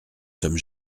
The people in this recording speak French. sommes